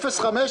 לא.